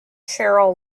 sheryl